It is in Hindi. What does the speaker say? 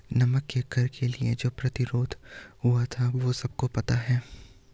नमक के कर के लिए जो प्रतिरोध हुआ था वो सबको पता है